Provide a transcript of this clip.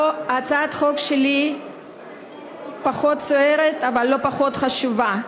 הצעת החוק שלי פחות סוערת אבל לא פחות חשובה.